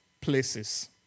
places